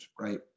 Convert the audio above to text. right